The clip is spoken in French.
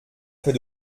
fait